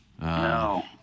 No